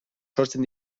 sortzen